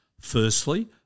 Firstly